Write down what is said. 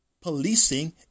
policing